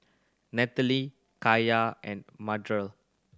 Natalie Kaya and Mardell